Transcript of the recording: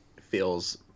feels